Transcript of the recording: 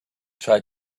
tried